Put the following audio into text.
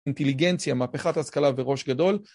אינטליגנציה, מהפכת השכלה וראש גדול.